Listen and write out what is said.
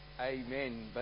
Amen